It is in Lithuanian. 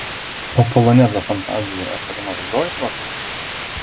o polonezą fantaziją ar kada nors grojai tropikuose